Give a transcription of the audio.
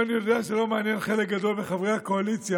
אני יודע שזה לא מעניין חלק גדול מחברי הקואליציה,